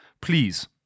Please